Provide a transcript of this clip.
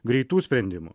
greitų sprendimų